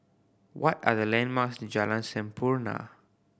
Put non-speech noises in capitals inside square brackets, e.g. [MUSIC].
what are the landmarks [UNINTELLIGIBLE] Jalan Sampurna